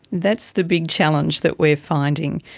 that's the big challenge that we are finding.